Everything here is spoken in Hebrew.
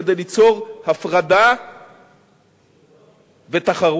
כדי ליצור הפרדה בתחרות.